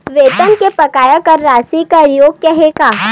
वेतन के बकाया कर राशि कर योग्य हे का?